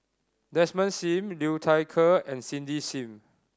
Desmond Sim Liu Thai Ker and Cindy Sim